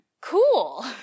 cool